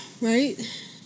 right